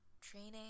training